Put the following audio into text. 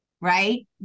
right